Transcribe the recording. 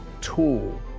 tool